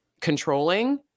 controlling